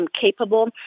capable